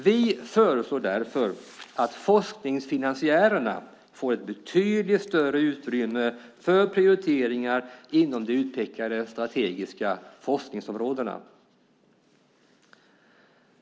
Vi föreslår därför att forskningsfinansiärerna får ett betydligt större utrymme för prioriteringar inom de utpekade strategiska forskningsområdena.